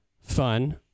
fun